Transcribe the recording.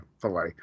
filet